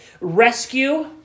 rescue